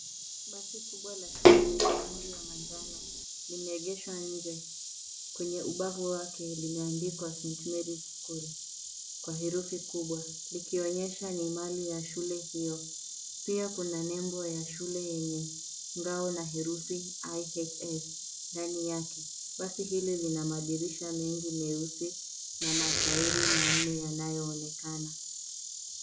Basi kubwa la shule lenye rangi ya manjano, limeegeshwa nje. Kwenye ubavu wake limeandikwa St. Mary's school, kwa herufi kubwa, likionyesha ni mali ya shule hiyo. Pia kuna nembo ya shule yenye ngao na herufi IHS, ndani yake. Basi hili lina madirisha mengi meusi, na matairi manne yanayoonekana.